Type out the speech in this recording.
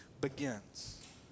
begins